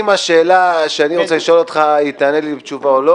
השאלה שאני רוצה לשאול אותך ותענה לי תשובה או לא